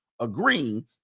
agreeing